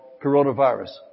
coronavirus